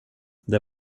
det